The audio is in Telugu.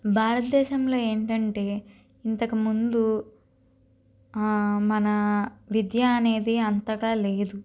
భారతదేశంలో ఏంటంటే ఇంతకముందు మన విద్య అనేది అంతగా లేదు